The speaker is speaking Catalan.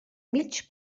mig